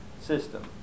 system